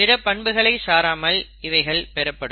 பிற பண்புகளை சாராமல் இவைகள் பெறப்படும்